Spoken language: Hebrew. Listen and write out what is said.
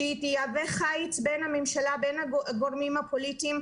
שתהווה חיץ בין הממשלה בין הגורמים הפוליטיים,